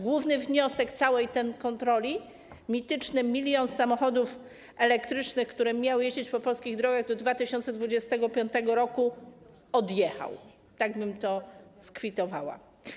Główny wniosek z tej kontroli: mityczny 1 mln samochodów elektrycznych, które miały jeździć po polskich drogach do 2025 r., odjechał, tak bym to skwitowała.